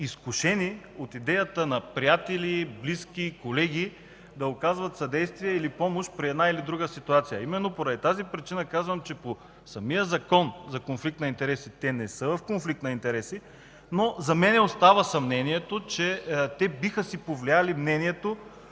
изкушени от идеята на приятели, близки, колеги да оказват съдействие или помощ при една или друга ситуация. Именно поради тази причина казвам, че по самия Закон за конфликт на интереси те не са в конфликт на интереси, но за мен остава съмнението, че биха си повлияли мнението